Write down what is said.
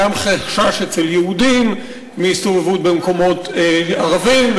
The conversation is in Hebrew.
קיים חשש אצל יהודים מהסתובבות במקומות ערביים,